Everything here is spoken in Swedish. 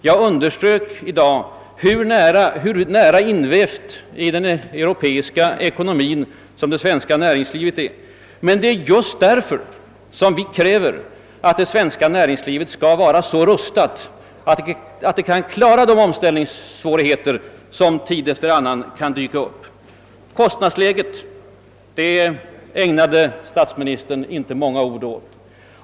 Jag underströk tidigare i dag hur nära invävt i den europeiska ekonomin det svenska näringslivet är, och det är just därför som vi kräver, att det svenska näringslivet skall vara så rustat att det kan klara de omställningssvårigheter som tid efter annan dyker upp. Men kostnadsläget ägnade statsministern inte många ord åt.